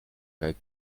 kaj